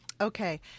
okay